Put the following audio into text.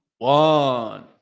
One